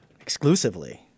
Exclusively